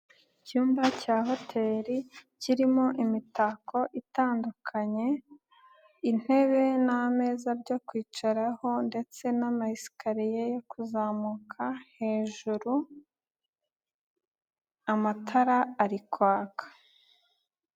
Icyumba cya hoteri kirimo imitako itandukanye, intebe n'ameza byo kwicaraho ndetse n'amayesacariye yo kuzamuka hejuru, amatara ari kwaka.